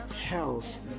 health